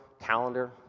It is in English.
calendar